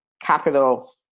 capital